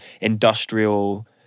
industrial